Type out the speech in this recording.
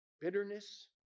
Bitterness